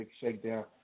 Shakedown